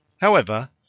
However